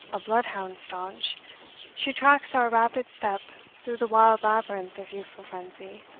a bloodhound staunch she tracks our rapid step through the wild labyrinth of youthful frenzy,